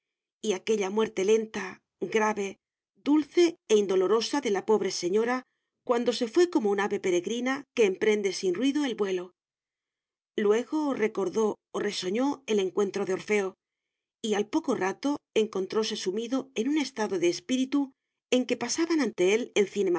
y aquella muerte lenta grave dulce e indolorosa de la pobre señora cuando se fué como un ave peregrina que emprende sin ruido el vuelo luego recordó o resoñó el encuentro de orfeo y al poco rato encontróse sumido en un estado de espíritu en que pasaban ante él en